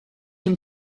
him